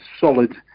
solid